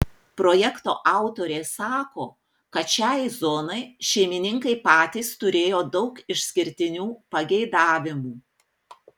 projekto autorė sako kad šiai zonai šeimininkai patys turėjo daug išskirtinių pageidavimų